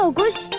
so kush.